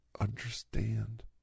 understand